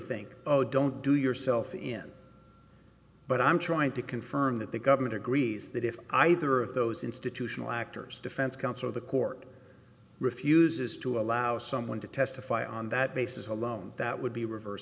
think oh don't do yourself in but i'm trying to confirm that the government agrees that if either of those institutional actors defense counsel or the court refuses to allow someone to testify on that basis alone that would be revers